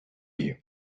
you